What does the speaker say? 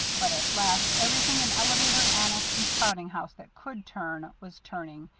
but at last everything in elevator, annex, and spouting house that could turn was turning,